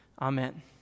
Amen